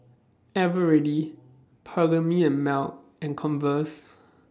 Eveready Perllini and Mel and Converse